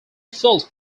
felt